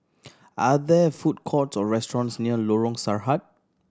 are there food courts or restaurants near Lorong Sarhad